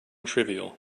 trivial